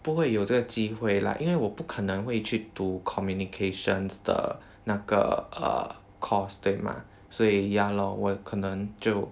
不会有这个机会 lah 因为我不可能回去读 communications 的那个 err course 对吗所以 ya lor 我可能就